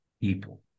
people